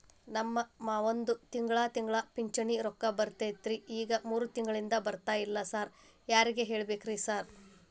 ನಮ್ ಮಾವಂದು ತಿಂಗಳಾ ತಿಂಗಳಾ ಪಿಂಚಿಣಿ ರೊಕ್ಕ ಬರ್ತಿತ್ರಿ ಈಗ ಮೂರ್ ತಿಂಗ್ಳನಿಂದ ಬರ್ತಾ ಇಲ್ಲ ಸಾರ್ ಯಾರಿಗ್ ಕೇಳ್ಬೇಕ್ರಿ ಸಾರ್?